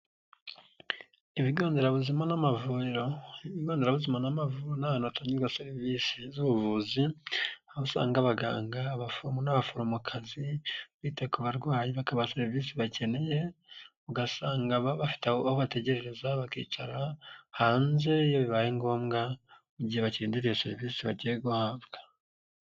Ibigo nderabuzima n'amavuriro, ibigo nderabuzima n'amavuriro ni ahantu hatangirwa serivisi z'ubuvuzi, aho usanga abaganga, abaforomo n'abaforomokazi bita ku barwayi, bakabaha serivisi bakeneye, ugasanga baba bafite aho bategereza, bakicara hanze iyo bibaye ngombwa, mu gihe bakirindiriye serivisi bagiye guhabwa.